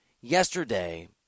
Yesterday